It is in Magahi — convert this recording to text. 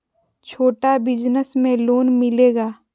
छोटा बिजनस में लोन मिलेगा?